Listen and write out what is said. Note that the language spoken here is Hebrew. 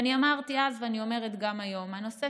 ואני אמרתי אז ואני אומרת גם היום: הנושא